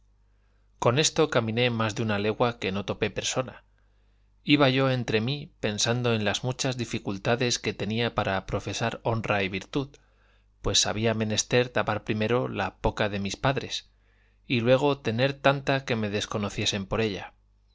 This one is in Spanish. con esto caminé más de una legua que no topé persona iba yo entre mí pensando en las muchas dificultades que tenía para profesar honra y virtud pues había menester tapar primero la poca de mis padres y luego tener tanta que me desconociesen por ella